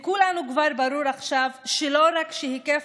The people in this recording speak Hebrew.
לכולנו כבר ברור עכשיו שלא רק שהיקף